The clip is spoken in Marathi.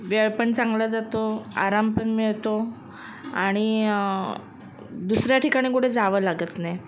वेळ पण चांगला जातो आराम पण मिळतो आणि दुसऱ्या ठिकाणी कुठे जावं लागत नाही